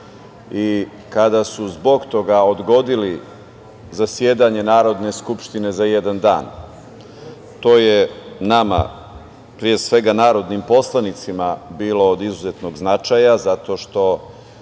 i kada su zbog toga odgodili zasedanje Narodne skupštine za jedan dan. To je nama, pre svega narodnim poslanicima, bilo od izuzetnog značaja, zato što